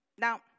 Now